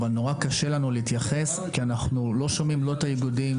אבל נורא קשה לנו להתייחס כי אנחנו לא שומעים לא את האיגודים,